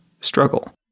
struggle